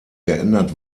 geändert